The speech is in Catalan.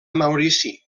maurici